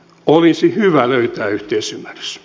olisi hyvä löytää yhteisymmärrys